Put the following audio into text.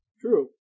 True